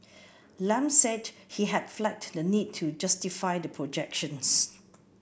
Lam said he had flagged the need to justify the projections